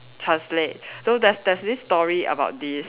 translate so there's there's this story about this